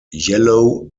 yellow